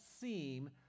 seem